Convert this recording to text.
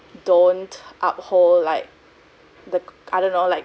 don't uphold like the I don't know like